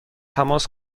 تماس